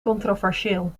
controversieel